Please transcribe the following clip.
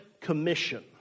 commission